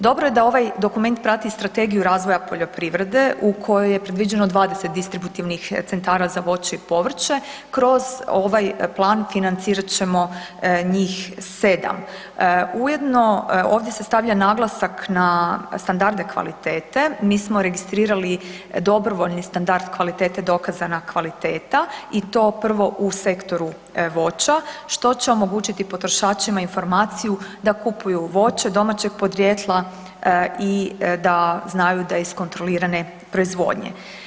Dobro je da ovaj dokument prati i Strategiju razvoja poljoprivrede u kojoj je predviđeno 20 distributivnih centara za voće i povrće, kroz ovaj plan financirat ćemo njih 7. Ujedno, ovdje se stavlja naglasak na standarde kvalitete, mi smo registrirali dobrovoljni standard kvalitete, dokazana kvaliteta i to prvo u sektoru voća, što će omogućiti potrošačima informaciju da kupuju voće domaćeg podrijetla i da znaju da je iz kontrolirane proizvodnje.